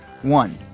One